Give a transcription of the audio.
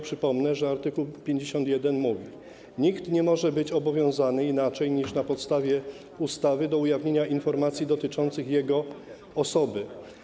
Przypomnę, że art. 51 mówi: Nikt nie może być obowiązany inaczej niż na podstawie ustawy do ujawnienia informacji dotyczących jego osoby.